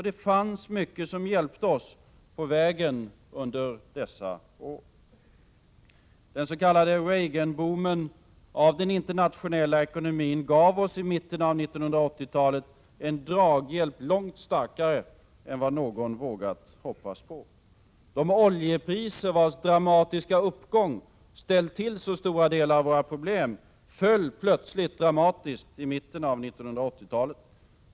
Det fanns mycket som hjälpte oss på vägen under dessa år. Den s.k. Reaganboomen i den internationella ekonomin gav oss i mitten av 1980-talet en draghjälp långt starkare än vad någon vågat hoppas på. De oljepriser vilkas dramatiska uppgång ställt till så stora problem för oss föll plötsligt dramatiskt i mitten av 1980-talet.